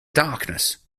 darkness